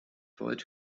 wollt